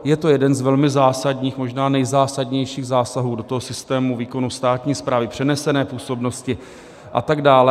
Je to jeden z velmi zásadních, možná nejzásadnějších zásahů do systému výkonu státní správy, přenesené působnosti atd.